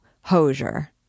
hosier